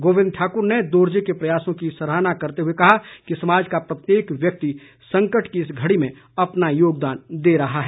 गोविंद ठाकुर ने दोरजे के प्रयासों की सराहना करते हुए कहा कि समाज का प्रत्येक व्यक्ति संकट की इस घड़ी में अपना योगदान दे रहा है